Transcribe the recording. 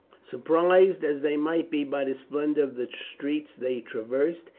surprised as they might be by the splendour of the streets they traversed,